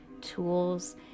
tools